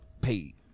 paid